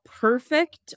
perfect